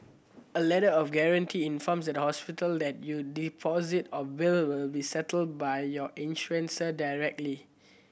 a Letter of Guarantee informs the hospital that your deposit or bill will be settled by your insurer directly